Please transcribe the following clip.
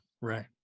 right